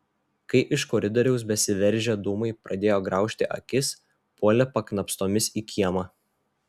kai iš koridoriaus besiveržią dūmai pradėjo graužti akis puolė paknopstomis į kiemą